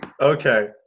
Okay